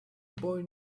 boy